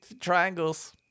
triangles